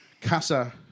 Casa